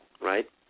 right